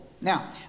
Now